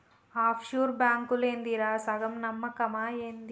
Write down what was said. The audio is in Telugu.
ఆఫ్ షూర్ బాంకులేందిరా, సగం నమ్మకమా ఏంది